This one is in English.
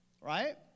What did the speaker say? right